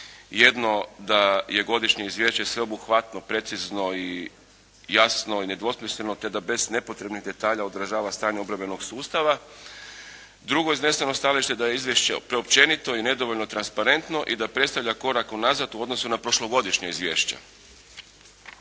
Jedno da je godišnje izvješće sveobuhvatno, precizno i jasno i nedvosmisleno, te da bez nepotrebnih detalja odražava stanje obrambenog sustava. Drugo izneseno stajalište da je izvješće preopćenito i nedovoljno transparentno i da predstavlja korak unazad u odnosu na prošlogodišnja izvješća.